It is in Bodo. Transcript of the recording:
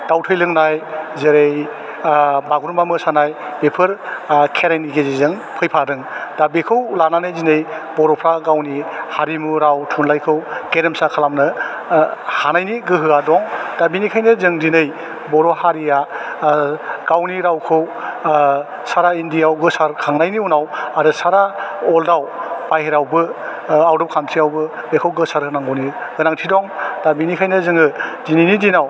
दाउ थै लोंनाय जेरै बागुरुमबा मोसानाय बेफोर खेराइनि गेजेरजों फैफादों दा बेखौ लानानै दिनै बर'फ्रा गावनि हारिमु राव थुनलाइखौ गेरेमसा खालामनो हानायनि गोहोया दं दा बेनिखाइनो जों दिनै बर' हारिया रावनि रावखौ सारा इण्डियायाव गोसार खांनायनि उनाव आरो सारा वाल्डआव बाह्रायावबो आउट अब कान्ट्रियावबो बेखौ गोसारहोनांगौनि गोनांथि दं दा बेनिखाइनो जोङो दिनैनि दिनाव